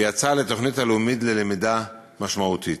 ויצא לתוכנית הלאומית ללמידה משמעותית.